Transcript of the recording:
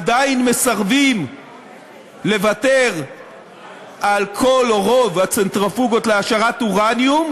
עדיין מסרבים לוותר על כל או רוב הצנטריפוגות להעשרת אורניום,